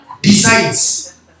decides